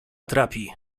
trapi